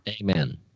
Amen